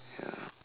ya